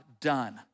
done